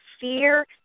fear